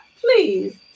please